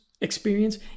experience